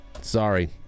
sorry